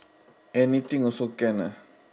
anything also can ah